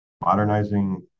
modernizing